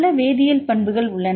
பல வேதியியல் பண்புகள் உள்ளன